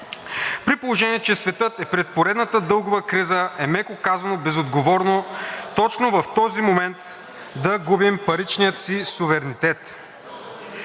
При положение че светът е пред поредната дългова криза, е, меко казано, безотговорно точно в този момент да губим паричния си суверенитет.